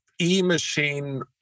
e-machine